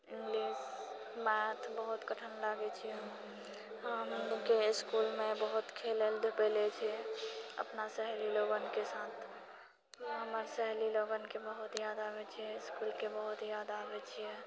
English math बहुत कठिन लागैत छियै हम इस्कूलमे बहुत खेलेल धूपैले छियै अपना सहेली लोगनके साथ हमर सहेली लोगनके बहुत याद आबैत छियै स्कूलके बाद याद आबैत छियै